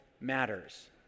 matters